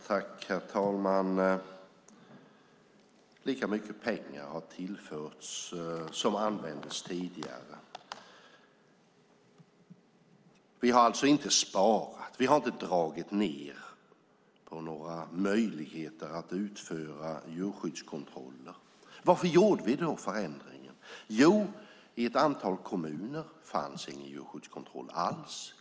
Herr talman! Lika mycket pengar har tillförts som användes tidigare. Vi har alltså inte sparat. Vi har inte dragit ned på några möjligheter att utföra djurskyddskontroller. Varför gjorde vi då förändringen? Jo, i ett antal kommuner fanns ingen djurskyddskontroll alls.